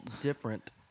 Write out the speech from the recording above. different